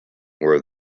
were